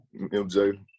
MJ